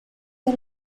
que